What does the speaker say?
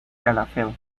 calafell